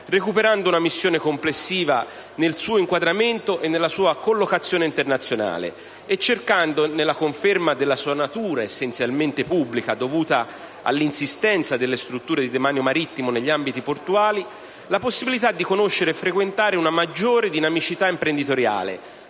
recuperando una missione complessiva nel suo inquadramento e nella sua collocazione internazionale, e cercando nella conferma della sua natura essenzialmente pubblica, dovuta all'insistenza delle strutture di demanio marittimo negli ambiti portuali, la possibilità di conoscere e frequentare una maggiore dinamicità imprenditoriale,